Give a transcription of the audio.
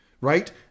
Right